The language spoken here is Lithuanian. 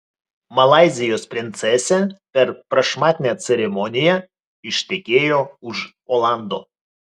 malaizijos princesė per prašmatnią ceremoniją ištekėjo už olando